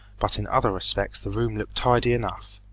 but in other respects the room looked tidy enough.